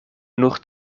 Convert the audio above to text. nur